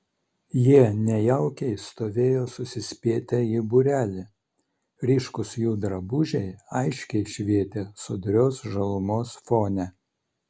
jie nejaukiai stovėjo susispietę į būrelį ryškūs jų drabužiai aiškiai švietė sodrios žalumos fone